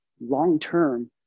long-term